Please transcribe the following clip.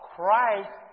Christ